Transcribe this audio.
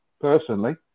personally